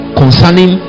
concerning